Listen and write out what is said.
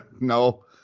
No